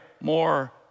more